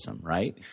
right